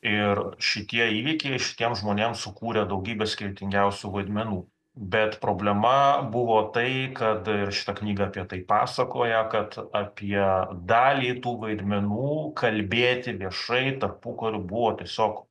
ir šitie įvykiai šitiem žmonėm sukūrė daugybę skirtingiausių vaidmenų bet problema buvo tai kad ir šita knyga apie tai pasakoja kad apie dalį tų vaidmenų kalbėti viešai tarpukariu buvo tiesiog